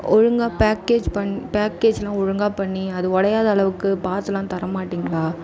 ஒழுங்காக பேக்கேஜ் பண் பேக்கேஜெலாம் ஒழுங்காக பண்ணி அது உடையாத அளவுக்கு பார்த்துலாம் தர மாட்டிங்களா